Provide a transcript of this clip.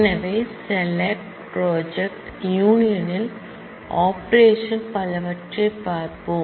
எனவே select project union இல் operation பலவற்றைப் பார்ப்போம்